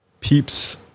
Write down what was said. peeps